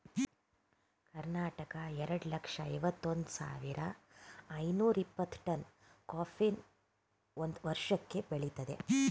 ಕರ್ನಾಟಕ ಎರಡ್ ಲಕ್ಷ್ದ ಐವತ್ ಒಂದ್ ಸಾವಿರ್ದ ಐನೂರ ಇಪ್ಪತ್ತು ಟನ್ ಕಾಫಿನ ಒಂದ್ ವರ್ಷಕ್ಕೆ ಬೆಳಿತದೆ